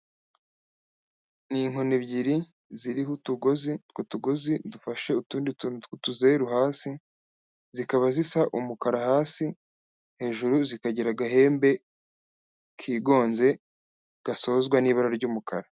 Ni inkoni ebyiri ziriho utugozi, utwo tugozi dufashe utundi tuntu tw'utuzeru hasi, zikaba zisa umukara hasi, hejuru zikagira agahembe kigonze gasozwa n'ibara ry'umukara.